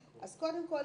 קודם כל,